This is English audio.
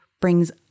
brings